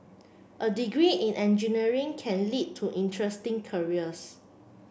a degree in engineering can lead to interesting careers